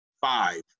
five